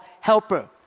helper